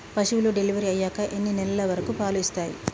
పశువులు డెలివరీ అయ్యాక ఎన్ని నెలల వరకు పాలు ఇస్తాయి?